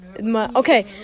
Okay